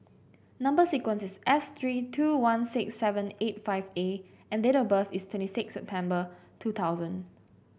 number sequence is S three two one six seven eight five A and date of birth is twenty six September two thousand